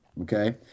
okay